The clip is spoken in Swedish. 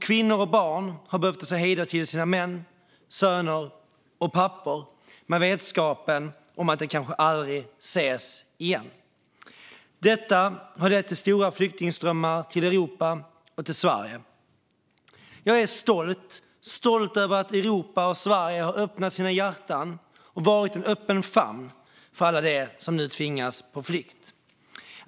Kvinnor och barn har behövt säga hej då till sina män, söner och pappor med vetskapen om att de kanske aldrig ses igen. Detta har lett till stora flyktingströmmar till Europa och Sverige. Jag är stolt över att Europa och Sverige har öppnat sina hjärtan och varit en öppen famn för alla dem som nu tvingats på flykt.